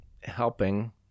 helping